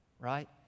Right